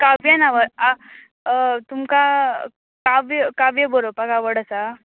काव्यान नांवां आ तुमका काव्य काव्य बरोवपाक आवड आसा